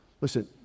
Listen